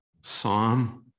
psalm